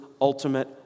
ultimate